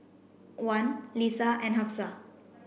Wan Lisa and Hafsa